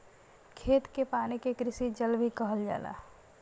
खेत के पानी के कृषि जल भी कहल जाला